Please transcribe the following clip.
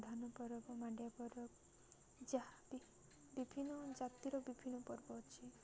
ଧାନ ପର୍ବ ମାଣ୍ଡିଆ ପର୍ବ ଯାହା ବି ବିଭିନ୍ନ ଜାତିର ବିଭିନ୍ନ ପର୍ବ ଅଛି